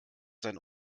seine